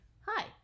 Hi